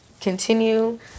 continue